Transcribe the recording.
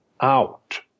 out